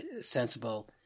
sensible